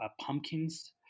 pumpkins